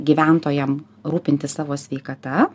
gyventojam rūpintis savo sveikata